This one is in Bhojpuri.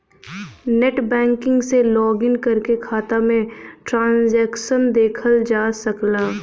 नेटबैंकिंग से लॉगिन करके खाता में ट्रांसैक्शन देखल जा सकला